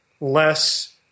less